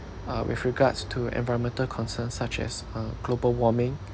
uh with regards to environmental concerns such as uh global warming